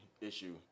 issue